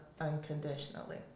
unconditionally